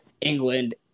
England